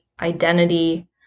identity